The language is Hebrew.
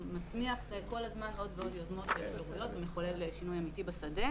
שמצמיח כל הזמן עוד ועוד יוזמות ומחולל שינוי אמיתי בשדה,